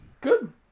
Good